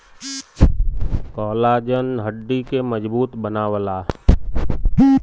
collagen हड्डी के मजबूत बनावला